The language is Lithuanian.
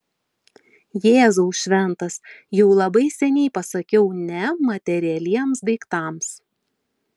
jėzau šventas jau labai seniai pasakiau ne materialiems daiktams